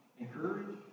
encourage